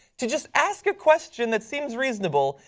to just ask a question that seems reasonable.